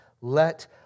let